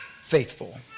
faithful